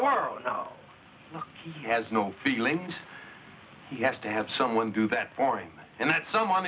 world he has no feeling he has to have someone do that for him and that someone